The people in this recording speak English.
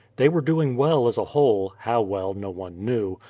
they were doing well, as a whole, how well no one knew,